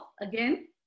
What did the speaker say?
again